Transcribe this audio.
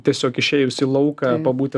tiesiog išėjus į lauką pabūti